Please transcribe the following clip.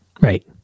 Right